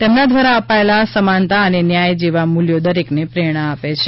તેમના દ્વારા અપાયેલાં સમાનતા અને ન્યાય જેવા મૂલ્યો દરેકને પ્રેરણા આપે છે